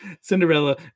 Cinderella